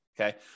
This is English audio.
okay